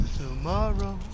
tomorrow